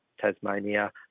Tasmania